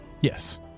Yes